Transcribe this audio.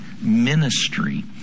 ministry